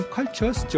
Cultures